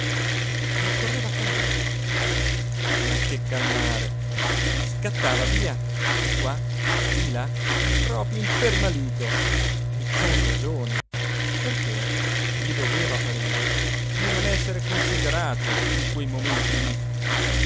a calmarlo ma che calmare scattava via di qua di là proprio impermalito e con ragione perché gli doveva parere di non esser considerato in quei momenti lì